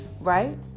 right